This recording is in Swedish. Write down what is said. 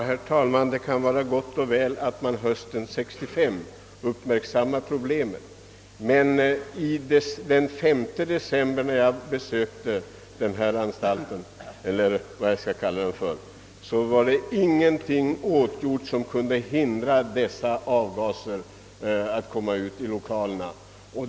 Herr talman! Det kan nog vara gott och väl att man hösten 1965 uppmärksammade problemet i Uppsala. När jag emellertid den 5 december i år besökte ifrågavarande verkstad var ingenting åtgjort för att hindra avgaserna att tränga ut i arbetslokalerna.